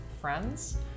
friends